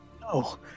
no